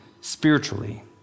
spiritually